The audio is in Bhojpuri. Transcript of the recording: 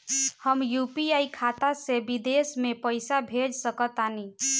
हम यू.पी.आई खाता से विदेश म पइसा भेज सक तानि?